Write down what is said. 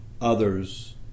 others